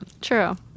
True